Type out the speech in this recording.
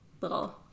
little